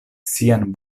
sian